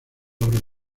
obras